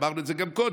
אמרנו את זה גם קודם,